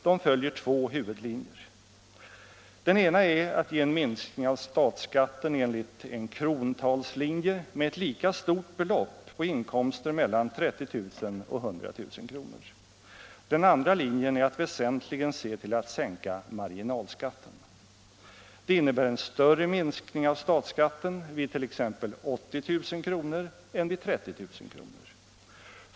De följer två huvudlinjer. Den ena är att ge en minskning av statsskatten enligt en krontalslinje med ett lika stort belopp på inkomster mellan 30 000 och 100 000 kr. Den andra linjen är att väsentligen se till att sänka marginalskatten. Det innebär en större minskning av statsskatten vid t.ex. 80000 kr. än vid 30 000 kr.